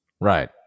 Right